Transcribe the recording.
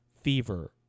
fever